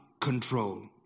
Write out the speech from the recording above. control